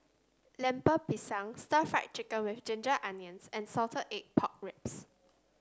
Lemper Pisang stir Fry Chicken with Ginger Onions and Salted Egg Pork Ribs